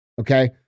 okay